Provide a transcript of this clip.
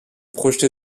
projetés